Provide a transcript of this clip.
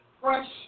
fresh